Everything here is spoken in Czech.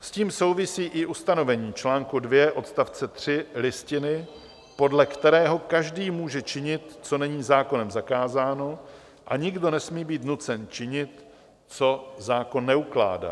S tím souvisí i ustanovení čl. 2 odst. 3 Listiny, podle kterého každý může činit, co není zákonem zakázáno, a nikdo nesmí být nucen činit, co zákon neukládá.